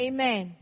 Amen